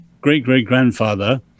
great-great-grandfather